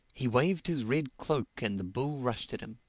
he waved his red cloak and the bull rushed at him.